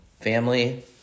family